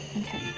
Okay